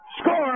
Score